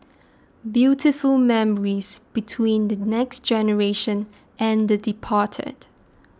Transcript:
beautiful memories between the next generation and the departed